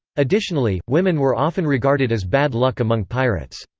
additionally, women were often regarded as bad luck among pirates.